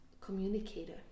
communicator